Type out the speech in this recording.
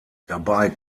dabei